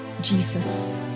Jesus